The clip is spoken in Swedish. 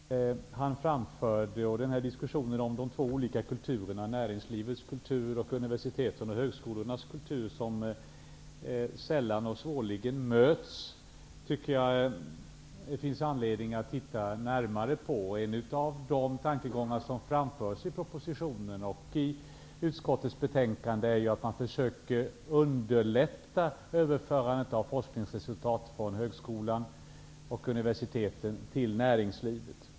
Herr talman! Jag vill till Bo G Jenevall säga att det var intressanta synpunkter som han framförde. Frågan om de två olika kulturerna, näringslivets kultur och universitetens och högskolornas kultur, som sällan och svårligen möts, tycker jag att det finns all anledning att titta närmare på. En av de tankegångar som framförs i propositionen och i utskottets betänkande är ju att man skall försöka underlätta överförandet av forskningsresultat från högskolorna och universiteten till näringslivet.